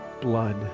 blood